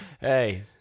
Hey